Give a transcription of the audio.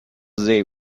they